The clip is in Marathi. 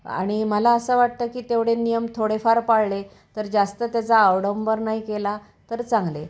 आणि मला असं वाटतं की तेवढे नियम थोडेफार पाळले तर जास्त त्याचा अवडंबर नाही केला तर चांगले